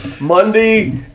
Monday